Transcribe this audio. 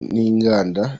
n’inganda